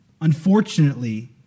Unfortunately